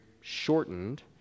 shortened